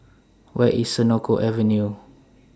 Where IS Senoko Avenue